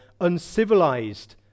uncivilized